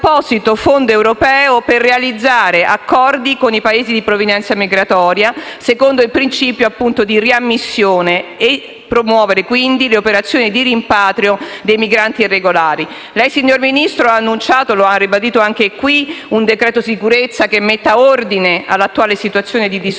fondo europeo per realizzare accordi con i Paesi di provenienza migratoria, secondo il principio di riammissione, promuovendo così le operazioni di rimpatrio dei migranti irregolari. Lei, signor Ministro, ha annunciato, come ha ribadito anche in questa sede, un decreto sicurezza che metta ordine all'attuale situazione di disordine